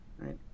right